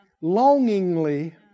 longingly